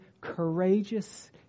courageous